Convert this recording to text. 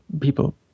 people